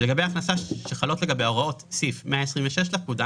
לגבי הכנסה שחלות לגביה הוראות סעיף 126 לפקודה